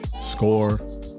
score